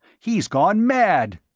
he's gone mad.